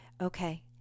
Okay